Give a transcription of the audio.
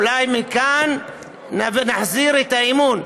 אולי מכאן נחזיר את האמון,